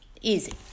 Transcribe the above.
easy